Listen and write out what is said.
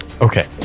Okay